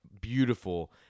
beautiful